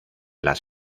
las